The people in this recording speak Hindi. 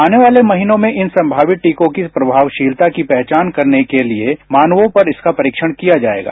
आने वाले महीनों में इन संमावित टीकों की प्रमावशीलता की पहचान करने के लिए मानवों पर इसका परीक्षण किया जाएगा